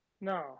No